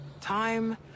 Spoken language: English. Time